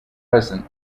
present